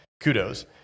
kudos